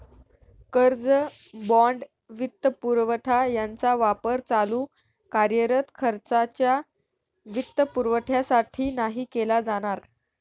कर्ज, बाँड, वित्तपुरवठा यांचा वापर चालू कार्यरत खर्चाच्या वित्तपुरवठ्यासाठी नाही केला जाणार